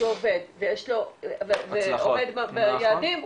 שעובד ועומד ביעדים,